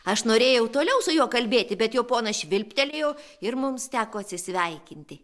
aš norėjau toliau su juo kalbėti bet jo ponas švilptelėjo ir mums teko atsisveikinti